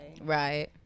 Right